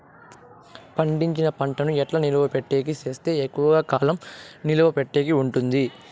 పండించిన పంట ను ఎట్లా నిలువ పెట్టేకి సేస్తే ఎక్కువగా కాలం నిలువ పెట్టేకి ఉంటుంది?